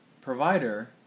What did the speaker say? provider